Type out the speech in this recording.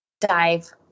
dive